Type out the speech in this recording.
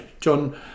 John